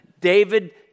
David